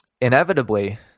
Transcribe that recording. inevitably